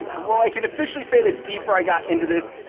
well, i can officially say the deeper i got into this,